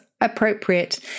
appropriate